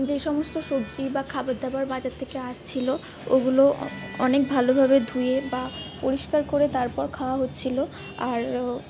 যেই সমস্ত সবজি বা খাবার দাবার বাজার থেকে আসছিল ওগুলো অনেক ভালোভাবে ধুয়ে বা পরিষ্কার করে তারপর খাওয়া হচ্ছিল আর